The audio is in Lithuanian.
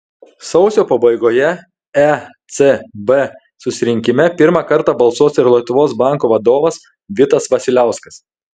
sausio pabaigoje ecb susirinkime pirmą kartą balsuos ir lietuvos banko vadovas vitas vasiliauskas